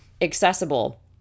accessible